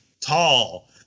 tall